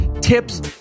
tips